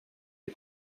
des